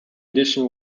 addition